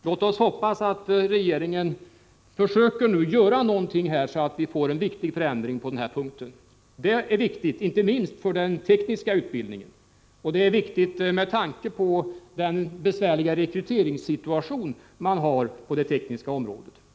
Låt oss hoppas att regeringen försöker göra någonting så att vi får en förändring i det här avseendet. Det är viktigt, inte minst för den tekniska utbildningen, och det är viktigt med tanke på den besvärliga rekryteringssituationen på det tekniska området.